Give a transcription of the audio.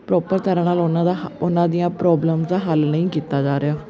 proper ਤਰ੍ਹਾਂ ਨਾਲ ਉਹਨਾਂ ਦਾ ਉਹਨਾਂ ਦੀਆਂ ਪ੍ਰੋਬਲਮ ਦਾ ਹੱਲ ਨਹੀਂ ਕੀਤਾ ਜਾ ਰਿਹਾ